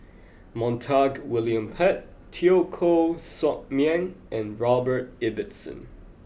Montague William Pett Teo Koh Sock Miang and Robert Ibbetson